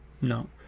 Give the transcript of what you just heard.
No